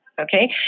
Okay